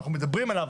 אנחנו מדברים עליו,